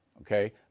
okay